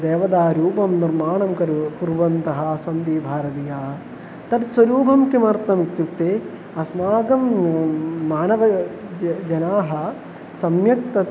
देवतारूपं निर्माणं करु कुर्वन्तः सन्ति भारतीयाः तत् स्वरूपं किमर्थमित्युक्ते अस्माकं मानवजनाः सम्यक् तत्